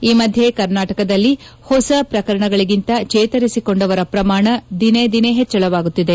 ಈ ಮಧ್ಯೆ ಕರ್ನಾಟಕದಲ್ಲಿ ಹೊಸ ಪ್ರಕರಣಗಳಿಗಿಂತ ಚೇತರಿಸಿಕೊಂಡರ ಪ್ರಮಾಣ ದಿನೇ ದಿನೇ ಹೆಚ್ಚಳವಾಗುತ್ತಿದೆ